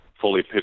fully